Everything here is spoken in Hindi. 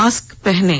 मास्क पहनें